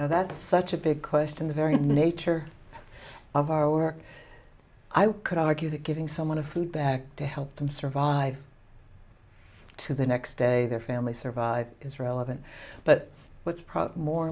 now that's such a big question the very nature of our work i could argue that giving someone a food back to help them survive to the next day their family survive is relevant but what's